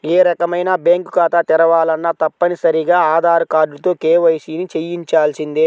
ఏ రకమైన బ్యేంకు ఖాతా తెరవాలన్నా తప్పనిసరిగా ఆధార్ కార్డుతో కేవైసీని చెయ్యించాల్సిందే